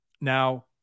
Now